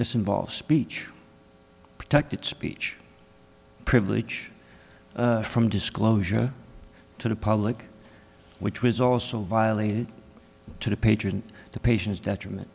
this involves speech protected speech privilege from disclosure to the public which was also violated to the patron the patients